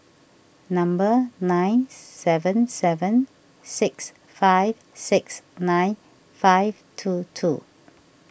number nine seven seven six five six nine five two two